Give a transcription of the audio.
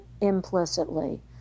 implicitly